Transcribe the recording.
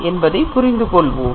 என்பதை புரிந்து கொள்வோம்